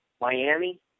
Miami